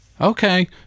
Okay